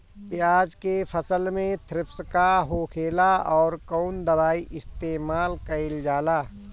प्याज के फसल में थ्रिप्स का होखेला और कउन दवाई इस्तेमाल कईल जाला?